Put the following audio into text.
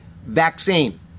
vaccine